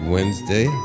Wednesday